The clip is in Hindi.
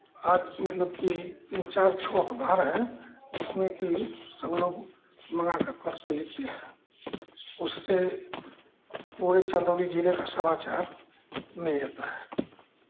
और मतलब कि तीन चार ठो अखबार है जिसमें कि सबलोग मांगाकर पढ़ते लिखते हैं उससे पूरी चंदौली जिले का समाचार मिल जाता है